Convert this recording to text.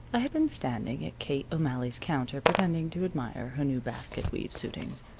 i had been standing at kate o'malley's counter, pretending to admire her new basket-weave suitings,